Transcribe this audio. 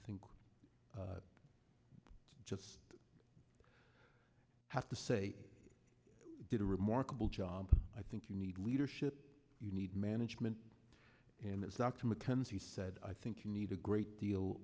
think just have to say i did a remarkable job i think you need leadership you need management and it's dr mckenzie said i think you need a great deal